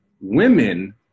women